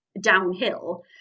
downhill